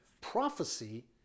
Prophecy